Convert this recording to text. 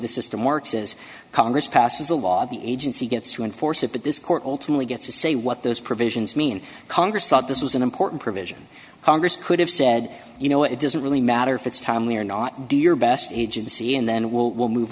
the system works is congress passes a law the agency gets to enforce it but this court ultimately gets to say what those provisions mean congress thought this was an important provision congress could have said you know it doesn't really matter if it's timely or not do your best agency and then we'll we'll move